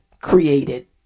created